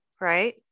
right